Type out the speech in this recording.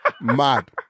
mad